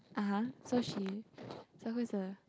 uh !huh! so she so who is the